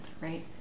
right